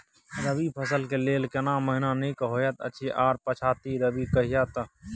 रबी फसल के लेल केना महीना नीक होयत अछि आर पछाति रबी कहिया तक?